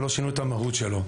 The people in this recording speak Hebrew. אבל לא שינוי את המהות שלו,